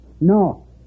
No